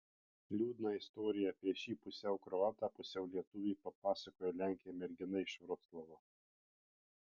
liūdną istoriją apie šį pusiau kroatą pusiau lietuvį papasakojo lenkė mergina iš vroclavo